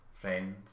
friend